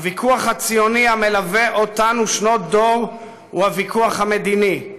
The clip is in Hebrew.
הוויכוח הציוני המלווה אותנו שנות דור הוא הוויכוח המדיני,